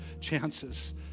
chances